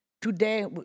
Today